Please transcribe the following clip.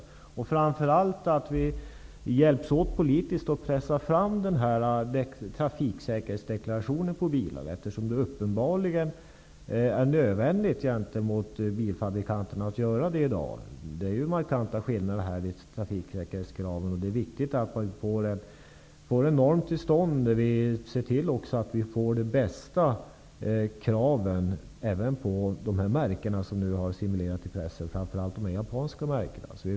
Framför allt är det viktigt att vi hjälps åt politiskt att pressa fram den här trafiksäkerhetsdeklarationen på bilar, eftersom det uppenbarligen är nödvändigt att göra på det sättet gentemot bilfabrikanterna. Det är markanta skillnader i trafiksäkerhetskraven, och det är viktigt att man får en norm till stånd. Vi bör ser till att också få igenom de bästa kraven på de märken som har cirkulerat i pressen, framför allt de japanska märkena.